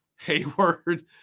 Hayward